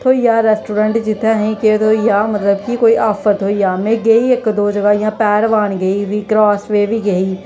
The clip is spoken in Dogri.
थ्होई जा रेस्ट्ररेंट जित्थें असेंगी केह् थ्होई जाए मतलब कि कोई आफर थ्होई जा में गेई इक दो जगह् इ'यां पैह्लवान गेई फ्ही क्रासवे बी गेई